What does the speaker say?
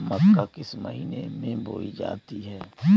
मक्का किस महीने में बोई जाती है?